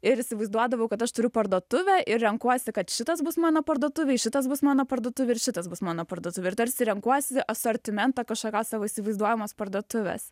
ir įsivaizduodavau kad aš turiu parduotuvę ir renkuosi kad šitas bus mano parduotuvėj šitas bus mano parduotuvėj ir šitas bus mano parduotuvė ir tarsi renkuosi asortimentą kažkokios savo įsivaizduojamos parduotuves